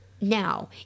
Now